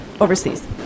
overseas